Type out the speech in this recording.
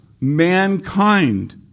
mankind